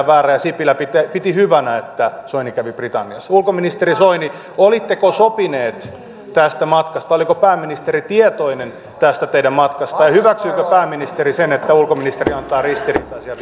väärää ja sipilä piti hyvänä että soini kävi britanniassa ulkoministeri soini olitteko sopineet tästä matkasta oliko pääministeri tietoinen tästä teidän matkastanne ja hyväksyykö pääministeri sen että ulkoministeri antaa ristiriitaisia